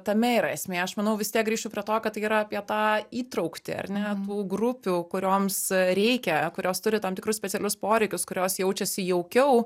tame yra esmė aš manau vis tiek grįšiu prie to kad tai yra apie tą įtrauktį ar ne tų grupių kurioms reikia kurios turi tam tikrus specialius poreikius kurios jaučiasi jaukiau